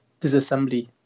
disassembly